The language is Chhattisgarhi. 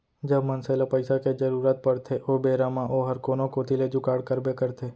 जब मनसे ल पइसा के जरूरत परथे ओ बेरा म ओहर कोनो कोती ले जुगाड़ करबे करथे